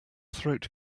throat